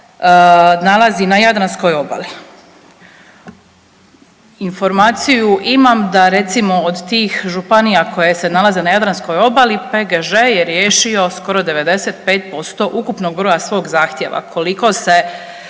nalazi na Jadranskoj obali. Informaciju imam da, recimo, od tih županija koje se nalaze na Jadranskog obali PGŽ je riješio skoro 95% ukupnog broja svog zahtjeva,